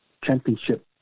championship